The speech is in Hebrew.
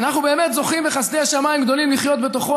כשאנחנו זוכים לחסדי שמיים גדולים לחיות בתוכו,